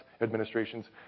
administrations